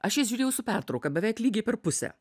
aš jas žiūrėjau su pertrauka beveik lygiai per pusę